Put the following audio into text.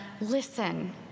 listen